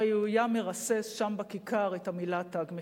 הרי הוא היה מרסס שם בכיכר את המלה "תג מחיר".